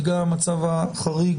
בגלל המצב החריג